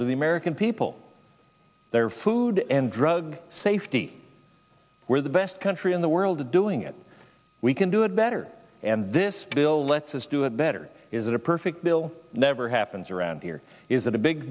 to the american people their food food and drug safety we're the best country in the world doing it we can do it better and this bill lets us do it better is a perfect bill never happens around here is that a big